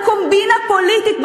לקומבינה פוליטית,